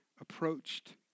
approached